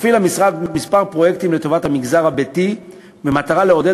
מפעיל המשרד כמה פרויקטים לטובת המגזר הביתי במטרה לעודד